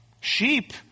Sheep